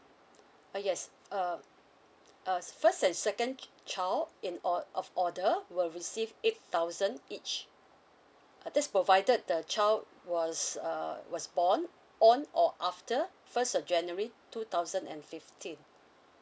err yes err err first and second child in or~ of order will receive eight thousand each this is provided the child was um was born on or after first of january two thousand and fifteen